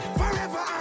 forever